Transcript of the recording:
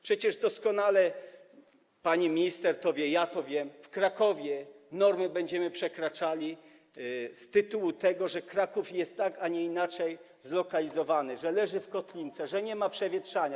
Przecież doskonale pani minister to wie, ja to wiem, że w Krakowie normy będziemy przekraczali z tytułu tego, że Kraków jest tak, a nie inaczej zlokalizowany, że leży w kotlince, że nie ma przewietrzania.